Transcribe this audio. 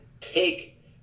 take